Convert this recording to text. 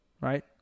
right